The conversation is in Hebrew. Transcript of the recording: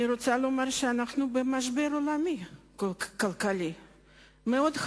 אני רוצה לומר שאנחנו במשבר כלכלי עולמי חמור מאוד.